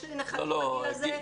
יש לי נכדים בגיל הזה.